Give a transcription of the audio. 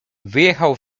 wyjechał